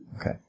Okay